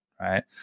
right